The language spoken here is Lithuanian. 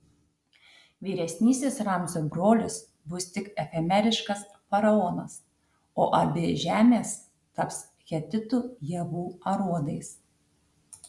vyresnysis ramzio brolis bus tik efemeriškas faraonas o abi žemės taps hetitų javų aruodais